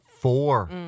Four